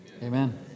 Amen